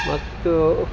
ಮತ್ತು